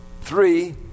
Three